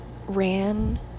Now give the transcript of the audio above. ran